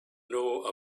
know